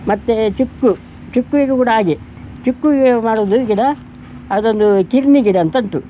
ಮತ್ತು ಚಿಕ್ಕು ಚಿಕ್ಕುವಿಗೂ ಕೂಡ ಹಾಗೆ ಚಿಕ್ಕು ಮಾಡುವುದು ಗಿಡ ಅದೊಂದು ಖಿರ್ನಿ ಗಿಡ ಅಂತ ಉಂಟು